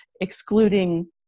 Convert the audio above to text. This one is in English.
excluding